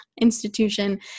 institution